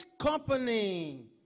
company